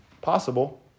possible